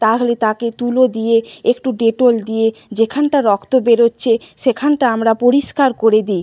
তাহালে তাকে তুলো দিয়ে একটু ডেটল দিয়ে যেখানটা রক্ত বেরোচ্ছে সেখানটা আমরা পরিষ্কার করে দিই